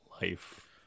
life